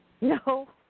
No